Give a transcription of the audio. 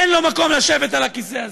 אין לו מקום לשבת על הכיסא הזה.